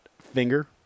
finger